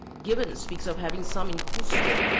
gibbon speaks of having some in cuzco,